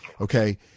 Okay